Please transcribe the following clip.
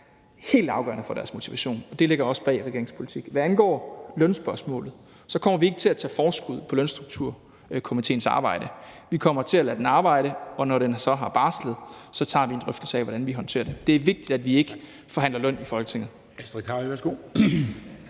helt afgørende for deres motivation, og det ligger også bag regeringens politik. Hvad angår lønspørgsmålet, kommer vi ikke til at tage forskud på Lønstrukturkomitéens arbejde. Vi kommer til at lade den arbejde, og når den så har barslet, tager vi en drøftelse af, hvordan vi håndterer det. Det er vigtigt, at vi ikke forhandler løn i Folketinget.